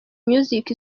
music